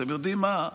אתם יודעים מה?